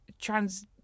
trans